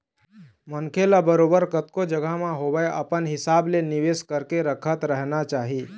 मनखे ल बरोबर कतको जघा म होवय अपन हिसाब ले निवेश करके रखत रहना चाही